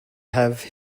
have